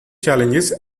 challenges